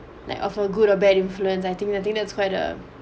like of a good or bad influence I think and I think that's quite a